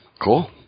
Cool